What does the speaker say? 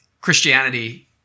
Christianity